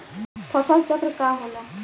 फसल चक्र का होला?